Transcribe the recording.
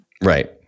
Right